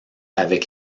avec